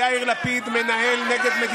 אני מאוד מקווה שגורמים אחראיים באופוזיציה,